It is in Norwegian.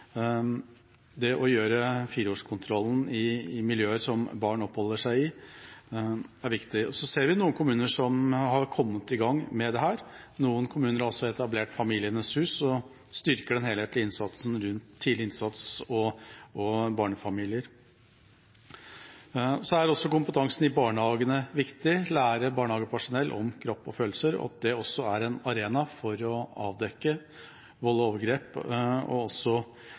Det å gjøre fireårskontrollen i miljøer som barn oppholder seg i, er viktig. Vi ser noen kommuner som har kommet i gang med dette. Noen kommuner har også etablert familienes hus og styrker den helhetlige innsatsen rundt tidlig innsats og barnefamilier. Kompetansen i barnehagene er også viktig, det å lære barnehagepersonell om kropp og følelser, og at det også er en arena for å avdekke vold og overgrep og